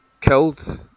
killed